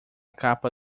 capa